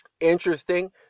interesting